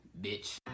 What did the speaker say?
Bitch